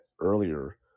earlier